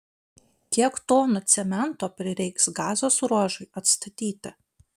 kiek tonų cemento prireiks gazos ruožui atstatyti